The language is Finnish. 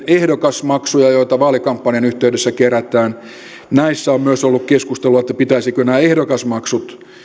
ehdokasmaksuja joita vaalikampanjan yhteydessä kerätään näistä on myös ollut keskustelua että pitäisikö nämä ehdokasmaksut